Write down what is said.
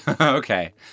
Okay